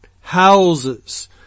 houses